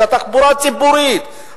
של התחבורה הציבורית,